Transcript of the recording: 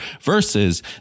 versus